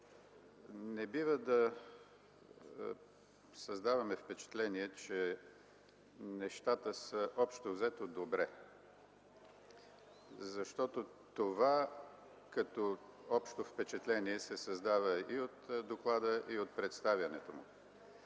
Не бива да създаваме впечатление, че нещата са, общо взето, добре, защото това като общо впечатление се създава и от доклада, и от представянето му.